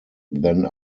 then